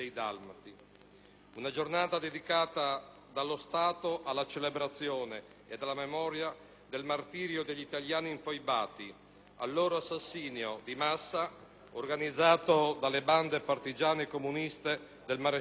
Una giornata dedicata dallo Stato alla celebrazione ed alla memoria del martirio degli italiani infoibati, al loro assassinio di massa organizzato dalle bande partigiane e comuniste del maresciallo Tito,